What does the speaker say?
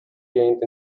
gained